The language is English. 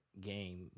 game